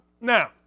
Now